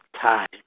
time